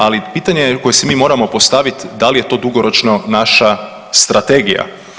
Ali pitanje koje si moramo postaviti da li je to dugoročno naša strategija?